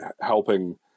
helping